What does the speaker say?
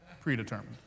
predetermined